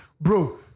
Bro